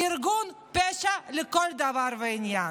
ארגון פשע לכל דבר ועניין.